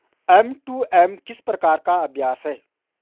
M to M किस प्रकार का अभ्यास है?